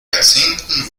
jahrzehnten